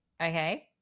okay